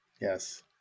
Yes